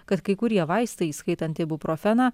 kad kai kurie vaistai įskaitant ibuprofeną